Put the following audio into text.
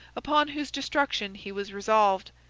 upon whose destruction he was resolved.